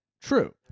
true